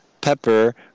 pepper